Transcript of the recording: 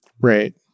Right